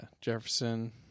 Jefferson